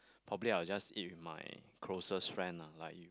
probably I will just eat with my closest friend lah like you